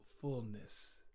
fullness